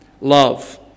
love